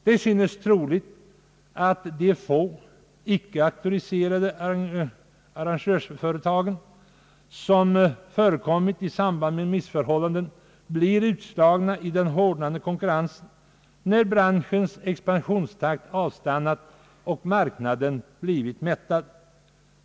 Det synes troligt, att de få icke auktoriserade arrangörsföretag, som förekommit i samband med missförhållanden, blir utslagna i den hårdnande konkurrensen, när branschens expansionstakt avstannat och marknaden blivit mättad.